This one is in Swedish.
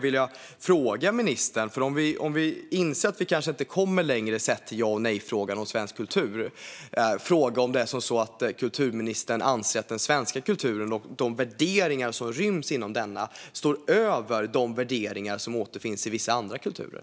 Vi kanske får inse att vi inte kommer längre i ja-eller-nej-frågan när det gäller svensk kultur, men jag skulle vilja fråga: Anser kulturministern att den svenska kulturen och de värderingar som ryms inom den står över de värderingar som återfinns i vissa andra kulturer?